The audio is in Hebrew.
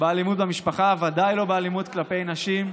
באלימות במשפחה, ודאי לא באלימות כלפי נשים.